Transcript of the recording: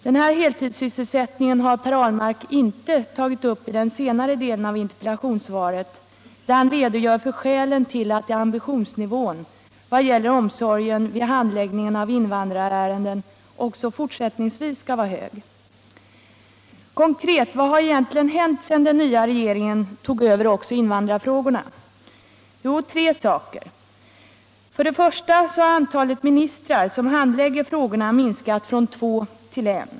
Den heltidssysselsättningen har Per Ahlmark inte tagit upp i den senare delen av interpellationssvaret, där han redogör för skälen till att ambitionsnivån i vad gäller omsorgen vid handläggningen av invandrarärenden också fortsättningsvis skall vara hög. Vad har egentligen hänt konkret sedan den nya regeringen tog över också invandrarfrågorna? Jo, tre saker. För det första har antalet ministrar som handlägger frågorna minskat från två till en.